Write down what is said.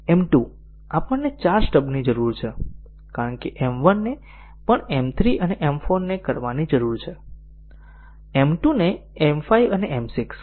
M 2 આપણને ચાર સ્ટબ્સની જરૂર છે કારણ કે M 1 ને પણ M 3 અને M 4 ને કરવાની જરૂર છે અને M 2 ને M 5 અને M 6